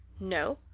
no.